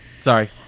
Sorry